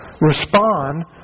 respond